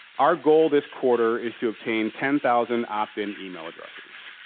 our goal this quarter is to obtain ten thousand opt-in email addresses.